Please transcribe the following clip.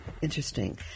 Interesting